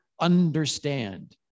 understand